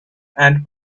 and